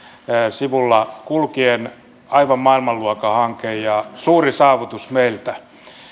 sivulla kulkien aivan maailmanluokan hanke ja suuri saavutus meiltä